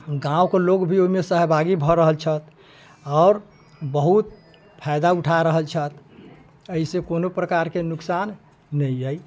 गामके लोग भी ओहिमे सहभागी भऽ रहल छथि आओर बहुत फायदा उठा रहल छथि एहिसँ कोनो प्रकारके नुकसान नहि अइ